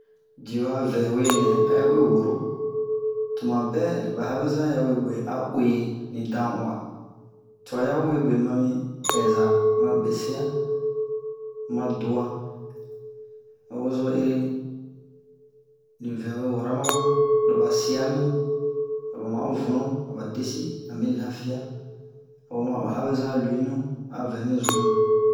dio-a vɛwe nɛ aye we wro tuma bɛ ba abeza yawe e a uwe li li dan-uwa twa ya we ɓe ma ɛza ma besea ma dua a we zo ere li vɛwe wara ma ba lo ba siami aba ma vunu aba desi ɓe-lafia oma ba abeza luinou a vɛ mi n'zui